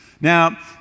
Now